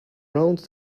round